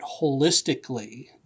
holistically